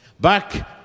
Back